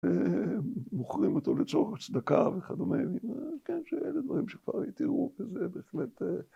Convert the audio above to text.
‫מוכרים אותו לצורך צדקה וכדומה, ‫אין דברים שכבר תראו כזה בהחלט.